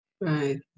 Right